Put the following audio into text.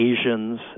Asians